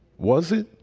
was it?